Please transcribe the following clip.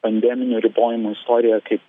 pandeminio ribojimo istorija kaip